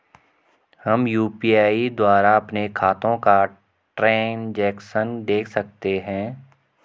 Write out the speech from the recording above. हम यु.पी.आई द्वारा अपने खातों का ट्रैन्ज़ैक्शन देख सकते हैं?